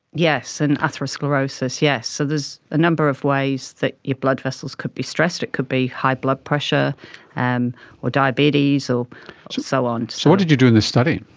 yes, and atherosclerosis, yes. so there's a number of ways that your blood vessels could be stressed. it could be high blood pressure um or diabetes or so so on. so what did you do in this study?